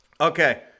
Okay